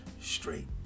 Straight